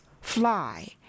fly